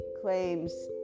claims